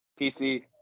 PC